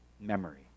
memory